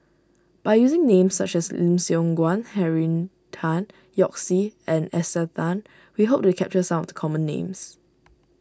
by using names such as Lim Siong Guan Henry Tan Yoke See and Esther Tan we hope to capture some of the common names